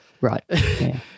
Right